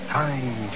time